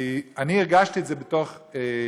כי אני הרגשתי את זה מתוך הרגשה,